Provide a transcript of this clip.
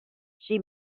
she